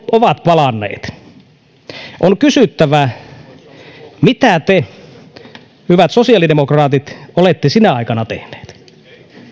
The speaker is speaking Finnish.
ovat palanneet on kysyttävä mitä te hyvät sosiaalidemokraatit olette sinä aikana tehneet